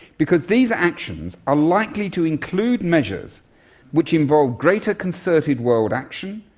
because these actions are likely to include measures which involve greater concerted world action,